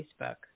Facebook